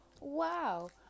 wow